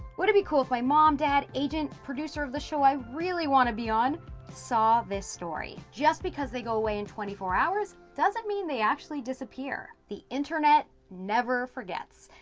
would it be cool if my mom, dad, agent, producer of the show i really want to be on saw this story? just because they go away in twenty four hours, doesn't mean they actually disappear. the internet never forgets.